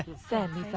semi